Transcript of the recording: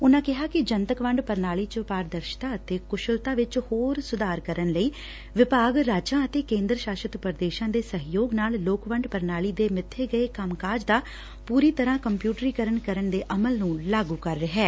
ਉਨੂਾ ਕਿਹਾ ਕਿ ਜਨਤਕ ਵੰਡ ਪ੍ਣਾਲੀ ਚ ਪਾਰਦਰਸ਼ਤਾ ਅਤੇ ਕੁਸ਼ਲਤਾ ਵਿਚ ਹੋਰ ਸੁਧਾਰ ਕਰਨ ਲਈ ਵਿਭਾਗ ਰਾਜਾਂ ਅਤੇ ਕੇਂਦਰ ਸ਼ਾਸ਼ਤ ਪ੍ਦੇਸ਼ਾਂ ਦੇ ਸਹਿਯੋਗ ਨਾਲ ਲੋਕਵੰਡ ਪ੍ਰਣਾਲੀ ਦੇ ਮਿੱਥੇ ਗਏ ਕੰਮ ਕਾਜ ਦਾ ਪੁਰੀ ਤਰ੍ਹਾਂ ਕੰਪਿਉਟਰੀਕਰਨ ਕਰਨ ਦੇ ਅਮਲ ਨੁੰ ਲਾਗੁ ਕਰ ਰਿਹੈ